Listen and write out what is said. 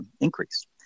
increased